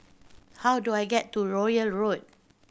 how do I get to Royal Road